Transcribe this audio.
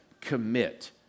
commit